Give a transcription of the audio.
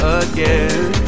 again